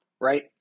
right